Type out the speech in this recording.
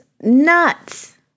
nuts